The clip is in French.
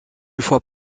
fois